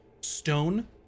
Stone